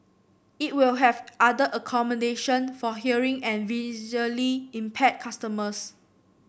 it will have other accommodation for hearing and visually impaired customers